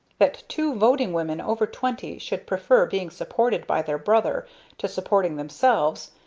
that two voting women over twenty should prefer being supported by their brother to supporting themselves,